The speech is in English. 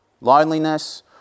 Loneliness